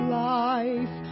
life